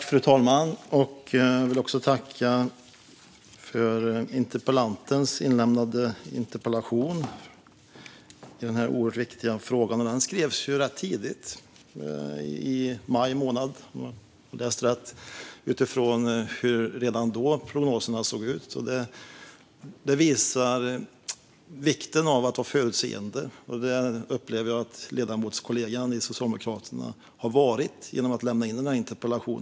Fru talman! Jag vill tacka interpellanten för interpellationen i denna oerhört viktiga fråga. Den skrevs rätt tidigt, i maj månad, utifrån hur prognoserna redan då såg ut. Det visar på vikten av att vara förutseende, och det upplever jag att ledamotskollegan i Socialdemokraterna har varit genom att lämna in denna interpellation.